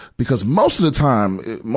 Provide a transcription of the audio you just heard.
because most of the time, it,